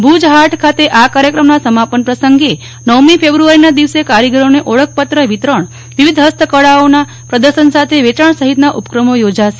ભુજ હાટ ખાતે આ કાર્યક્રમના સમાપન પ્રસંગે નવમી કેબ્રુઆરીના દિવસે કારીગરોને ઓળખપત્ર વિતરણ વિવિધ હસ્તકળાઓનાં પ્રદર્શન સાથે વેચાણ સહિતના ઉપક્રમો યોજાશે